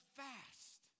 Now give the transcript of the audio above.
fast